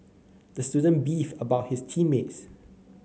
the student beefed about his team mates